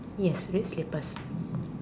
yes red slippers